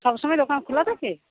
সবসময় দোকান খোলা থাকে